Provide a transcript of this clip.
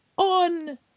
On